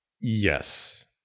Yes